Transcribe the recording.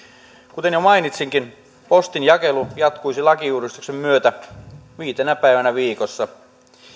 kuten jo mainitsinkin postinjakelu jatkuisi lakiuudistuksen myötä viitenä päivänä viikossa